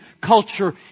culture